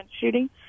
shooting